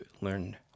learn